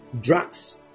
drugs